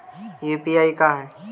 UPI का है?